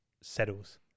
settles